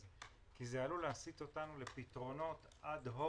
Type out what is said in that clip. עשיתם את זה בלוד,